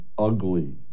Ugly